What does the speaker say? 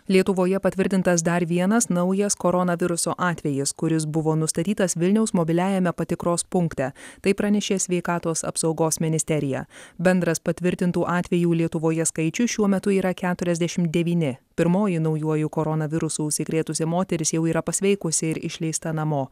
lietuvoje patvirtintas dar vienas naujas koronaviruso atvejis kuris buvo nustatytas vilniaus mobiliajame patikros punkte tai pranešė sveikatos apsaugos ministerija bendras patvirtintų atvejų lietuvoje skaičius šiuo metu yra keturiasdešimt devyni pirmoji naujuoju koronavirusu užsikrėtusi moteris jau yra pasveikusi ir išleista namo